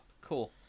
cool